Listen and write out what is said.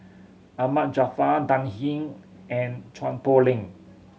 Ahmad Jaafar Dan Ying and Chua Poh Leng